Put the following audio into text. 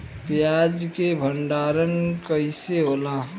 प्याज के भंडारन कइसे होला?